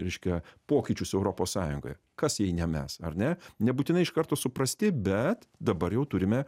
reiškia pokyčius europos sąjungoje kas jei ne mes ar ne nebūtinai iš karto suprasti bet dabar jau turime